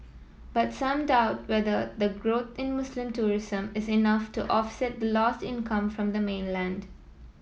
but some doubt whether the growth in Muslim tourism is enough to offset the lost income from the mainland